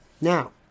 Now